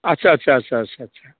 आच्चा आच्चा आच्चा सा